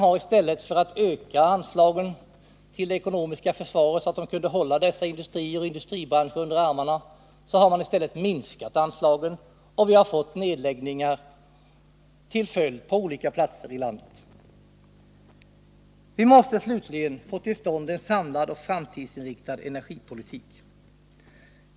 I stället för att öka anslaget till det ekonomiska försvaret, så att det kunde hålla dessa industribranscher under armarna, har man minskat anslagen. Och vi har fått nedläggningar som följd på olika platser i landet. Vi måste, slutligen, få till stånd en samlad och framtidsinriktad energipolitik.